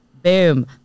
Boom